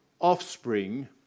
offspring